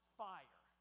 fire